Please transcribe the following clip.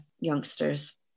youngsters